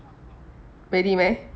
really meh